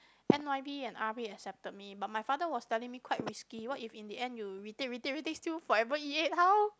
N_Y_P and R_P accepted me but my father was telling me quite risky what if in the end you retake retake retake still forever E eight how